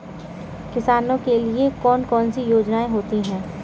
किसानों के लिए कौन कौन सी योजनायें होती हैं?